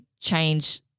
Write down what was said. change